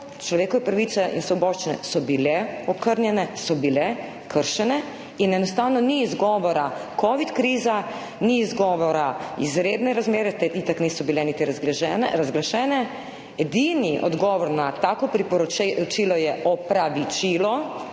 človekove pravice in svoboščine okrnjene, so bile kršene. In enostavno ni izgovora, za covid krizo niso izgovor izredne razmere, te itak niso bile niti razglašene. Edini odgovor na tako priporočilo je opravičilo,